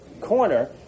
corner